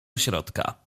środka